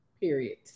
Period